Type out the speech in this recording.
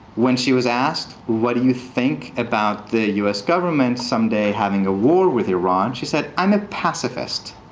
when she was asked what do you think about the u s. government someday having a war with iran, she said, i'm a pacifist.